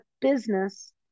business